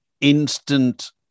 instant